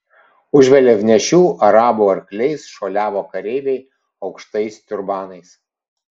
už vėliavnešių arabų arkliais šuoliavo kareiviai aukštais turbanais